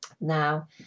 Now